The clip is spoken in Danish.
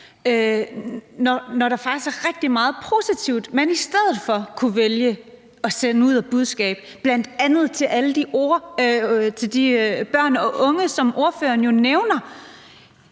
man i stedet for kunne sende ud af budskab, bl.a. til alle de børn og unge, som ordføreren jo nævner.